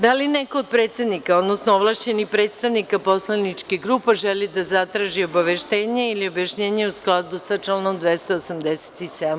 Da li neko od predsednika, odnosno ovlašćenih predstavnika poslaničkih grupa želi da zatraži obaveštenje ili objašnjenje, u skladu sa članom 287.